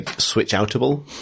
switch-outable